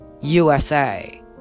USA